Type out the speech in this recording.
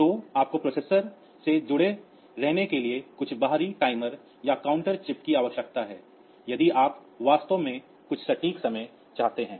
तो आपको प्रोसेसर से जुड़े रहने के लिए कुछ बाहरी टाइमर या काउंटर चिप की आवश्यकता है यदि आप वास्तव में कुछ सटीक समय चाहते हैं